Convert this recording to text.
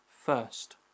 first